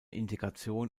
integration